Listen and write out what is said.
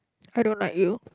I don't like you